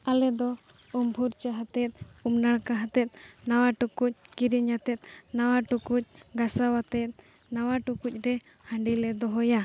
ᱟᱞᱮ ᱫᱚ ᱩᱢᱵᱷᱳᱨ ᱡᱟᱦᱟᱛᱮᱫ ᱚᱱᱟ ᱠᱟᱦᱟᱛᱮᱫ ᱱᱟᱣᱟ ᱴᱩᱠᱩᱡ ᱠᱤᱨᱤᱧ ᱠᱟᱛᱮᱫ ᱱᱟᱣᱟ ᱴᱩᱠᱩᱡ ᱜᱟᱥᱟᱣᱟᱛᱮᱫ ᱱᱟᱣᱟ ᱴᱩᱠᱩᱡ ᱨᱮ ᱦᱟᱸᱰᱤᱞᱮ ᱫᱚᱦᱚᱭᱟ